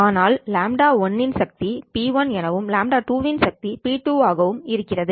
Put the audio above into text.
ஆனால் λ1 இன் சக்தி P1 எனவும் λ2 இன் சக்தி P2 ஆகவும் இருக்கிறது